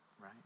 right